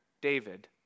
David